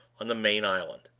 on the main island.